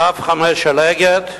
קו 5 של "אגד"